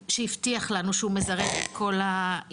שהבטיח לנו שהוא מזרז את כל העניינים,